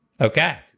Okay